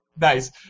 Nice